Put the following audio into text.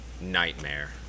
nightmare